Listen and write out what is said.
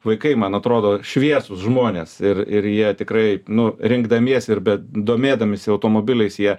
vaikai man atrodo šviesūs žmonės ir ir jie tikrai nu rinkdamiesi ir domėdamiesi automobiliais jie